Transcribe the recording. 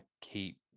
keep